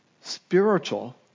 spiritual